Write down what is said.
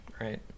right